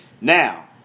Now